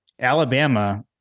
Alabama